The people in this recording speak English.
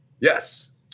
yes